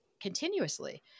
continuously